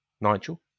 Nigel